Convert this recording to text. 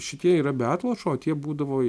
šitie yra be atlošo o tie būdavo